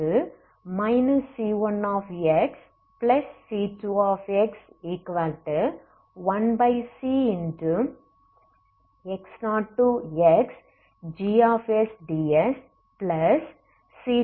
அது c1xc2x1cx0xgsdsc2x0 c1 என்பதே ஆகும்